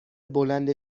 بلند